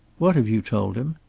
what have you told him?